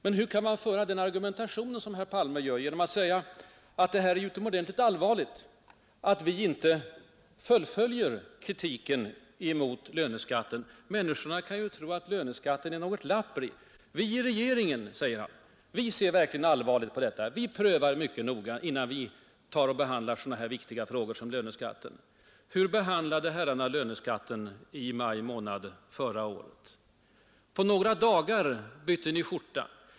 Men hur kan man föra det slags argumentation som herr Palme för? Han gör gällande att det är utomordentligt allvarligt att vi inte fullföljer vår kritik mot löneskatten; människorna kan ju tro att löneskatten är något ”lappri”. Vi i regeringen, säger han, ser verkligen allvarligt på frågan, vi prövar mycket noga innan vi behandlar så viktiga frågor som löneskatten. Hur behandlade herrarna löneskatten i maj månad förra året? På några dagar bytte ni skjorta.